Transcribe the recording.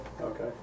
Okay